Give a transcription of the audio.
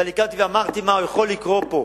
ואני קמתי ואמרתי מה יכול לקרות פה.